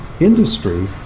industry